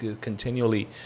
continually